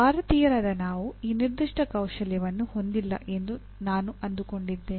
ಭಾರತೀಯರಾದ ನಾವು ಈ ನಿರ್ದಿಷ್ಟ ಕೌಶಲ್ಯವನ್ನು ಹೊಂದಿಲ್ಲ ಎಂದು ನಾನು ಅಂದುಕೊಂಡಿದ್ದೇನೆ